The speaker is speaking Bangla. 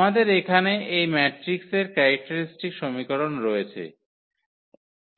আমাদের এখানে এই ম্যাট্রিক্সের ক্যারেক্টারিস্টিক সমীকরণ রয়েছে